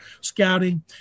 scouting